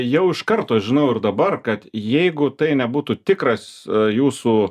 jau iš karto žinau ir dabar kad jeigu tai nebūtų tikras jūsų